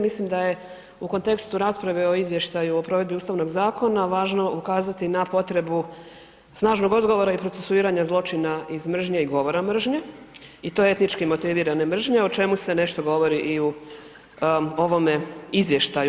Mislim da je u kontekstu rasprave o izvještaju p provedbi Ustavnog zakona važno ukazati na potrebu snažnog odgovora i procesuiranja zločina iz mržnje i govora mržnje i to etnički motivirane mržnje, o čemu se nešto govori i u ovome izvještaju.